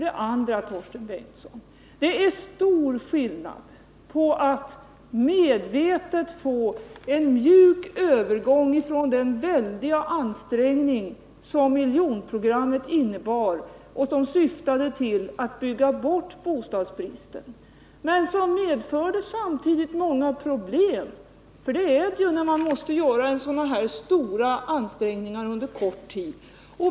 Vigick, Torsten Bengtson, medvetet in för att få en mjuk övergång från den väldiga ansträngning som miljonprogrammet innebar. Det syftade ju till att bygga bort bostadsbristen men medförde samtidigt många problem, vilket lätt händer när man måste göra sådana här stora ansträngningar under kort tid.